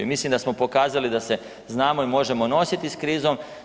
I mislim da smo pokazali da se znamo i možemo nositi s krizom.